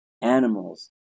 animals